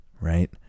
right